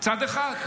מצד אחד.